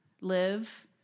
live